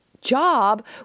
job